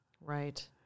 right